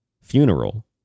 funeral